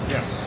Yes